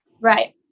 Right